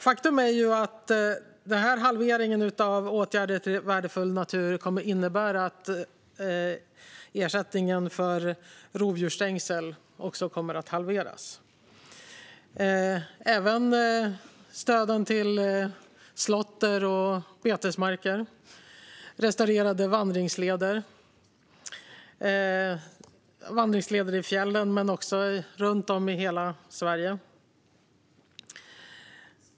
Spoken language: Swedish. Faktum är att halveringen av åtgärder för värdefull natur kommer att innebära att ersättningen för rovdjursstängsel också kommer att halveras och även stöden till slåtter och betesmarker och restaurering av vandringsleder i fjällen och runt om i hela Sverige.